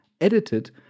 edited